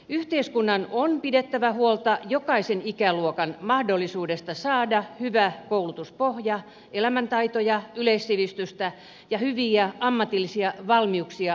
yhteiskunnan on pidettävä huolta jokaisen ikäluokan mahdollisuudesta saada hyvä koulutuspohja elämäntaitoja yleissivistystä ja hyviä ammatillisia valmiuksia ajatellen